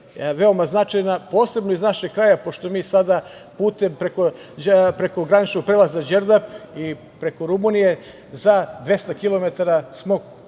veoma značajna, posebno iz našeg kraja, pošto mi sada preko graničnog prelaza Đerdap i preko Rumunije za 200